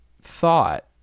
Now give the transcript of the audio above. thought